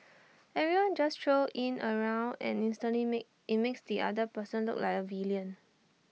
everyone just throws IT in around and instantly IT makes the other person look like A villain